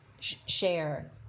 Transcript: share